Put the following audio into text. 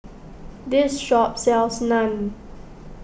this shop sells Naan